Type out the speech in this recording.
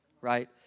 right